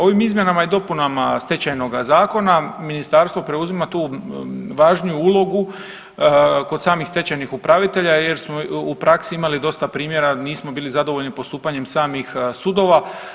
Ovim izmjenama i dopunama Stečajnoga zakona ministarstvo preuzima tu važniju ulogu kod samih stečajnih upravitelja jer smo u praksi imali dosta primjera nismo bili zadovoljni postupanjem samih sudova.